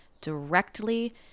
directly